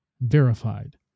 Verified